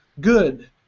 Good